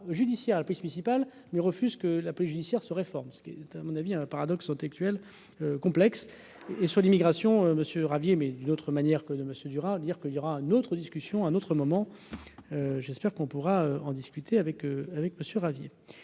judiciaire, la police municipale mais refuse que la police judiciaire se réforme. à mon avis un paradoxe sont actuel complexe et sur l'immigration Monsieur Ravier mais d'une autre manière que de Monsieur dur à dire que il y aura un autre discussion un autre moment, j'espère qu'on pourra en discuter avec avec